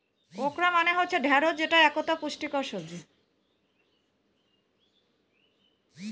okra মানে হচ্ছে ঢ্যাঁড়স যেটা একতা পুষ্টিকর সবজি